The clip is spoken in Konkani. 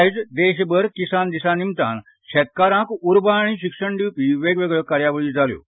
आयज देशभर किसान दिसा निमतान शेतकाराक उर्बा आनी शिक्षण दिवपी वेगवेगळ्यो कार्यावळी जाल्यो